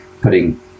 putting